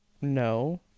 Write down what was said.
No